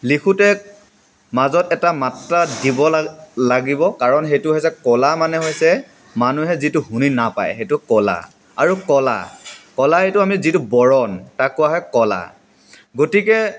লিখোঁতে মাজত এটা মাত্ৰা দিব লা লাগিব কাৰণ সেইটো হৈছে কলা মানে হৈছে মানুহে যিটো শুনি নাপায় সেইটো কলা আৰু ক'লা ক'লা এইটি যিটো বৰণ তাক কোৱা হয় ক'লা গতিকে